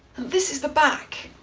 this is the back.